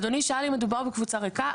אדוני שאל אם מדובר בקבוצה ריקה.